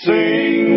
Sing